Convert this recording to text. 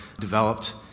developed